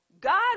God